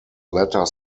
letter